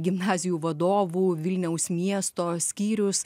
gimnazijų vadovų vilniaus miesto skyrius